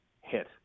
hit